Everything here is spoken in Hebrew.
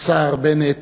השר בנט,